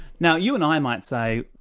now you and i might say,